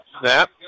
Snap